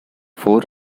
four